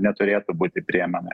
neturėtų būti priemami